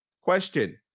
Question